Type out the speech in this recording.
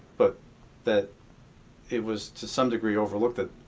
but that it was to some degree overlooked that,